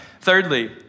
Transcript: Thirdly